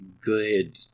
good